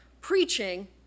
preaching